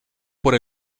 por